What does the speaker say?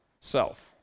self